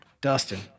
Dustin